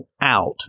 out